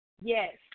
Yes